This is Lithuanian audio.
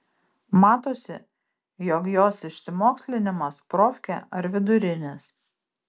matosi jog jos išsimokslinimas profkė ar vidurinis